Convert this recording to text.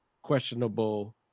questionable